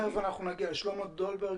תכף נגיע לזה לשלמה דולברג.